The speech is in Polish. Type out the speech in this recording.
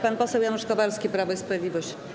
Pan poseł Janusz Kowalski, Prawo i Sprawiedliwość.